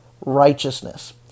righteousness